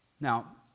Now